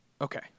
Okay